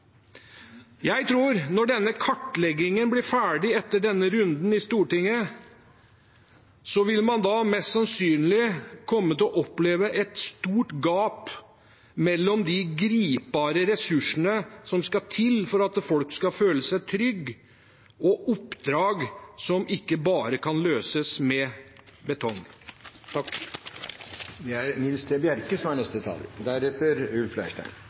Jeg tror, når denne kartleggingen blir ferdig etter denne runden i Stortinget, at man mest sannsynlig vil komme til å oppleve et stort gap mellom de gripbare ressursene som skal til for at folk skal føle seg trygge, og oppdrag som ikke bare kan løses med betong. Mykje er